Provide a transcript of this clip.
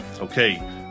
Okay